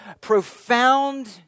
profound